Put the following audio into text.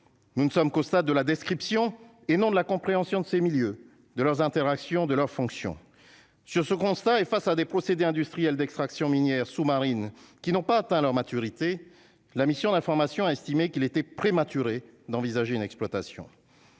nous ne sommes qu'au stade de la description et non de la compréhension de ces milieux de leurs interactions de leurs fonctions sur ce constat et face à des procédés industriels d'extraction minière sous-marine qui n'ont pas atteint leur maturité, la mission d'information, a estimé qu'il était prématuré d'envisager une exploitation,